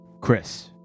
Chris